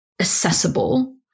accessible